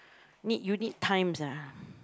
need you need time ah